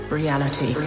reality